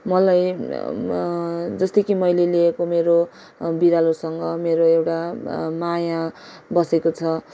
मलाई जस्तै कि मैले लिएको मेरो बिरालोसँग मेरो एउटा माया बसेको छ